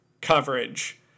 coverage